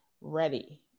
ready